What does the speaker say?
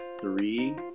three